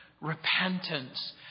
repentance